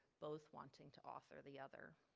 both wanting to author the other.